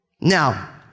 Now